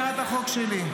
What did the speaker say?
ועכשיו להצעת החוק שלי.